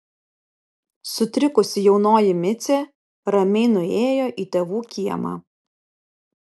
sutrikusi jaunoji micė ramiai nuėjo į tėvų kiemą